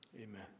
amen